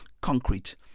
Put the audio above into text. concrete